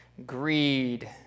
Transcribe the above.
Greed